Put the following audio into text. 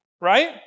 right